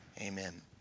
amen